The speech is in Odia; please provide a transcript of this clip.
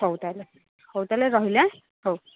ହଉ ତା'ହେଲେ ହଉ ତା'ହେଲେ ରହିଲି ହଉ